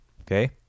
Okay